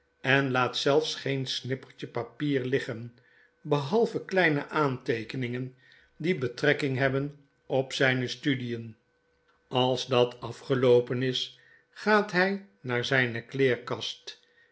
en laat zelfs geen snippertje papier liggen behalve kleine aanteekeningen die oetrekking hebben op zyne studien als dat afgeloopen is gaat hy naar zyne kleerkast